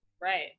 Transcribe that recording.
right